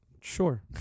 Sure